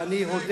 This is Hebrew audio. זה העיקר.